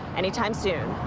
any time soon.